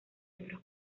otros